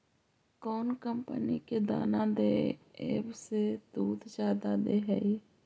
कौन कंपनी के दाना देबए से दुध जादा दे है?